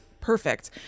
Perfect